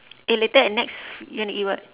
eh later at nex you want to eat what